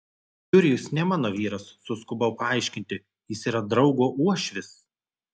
jurijus ne mano vyras suskubau paaiškinti jis yra draugo uošvis